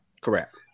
Correct